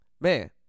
man